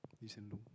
Lee-Hsien-Loong